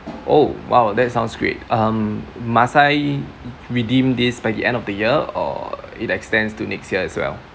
oh !wow! that sounds great um must I redeem this by the end of the year or it extends to next year as well